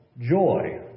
joy